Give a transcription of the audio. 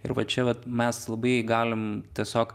ir va čia vat mes labai galim tiesiog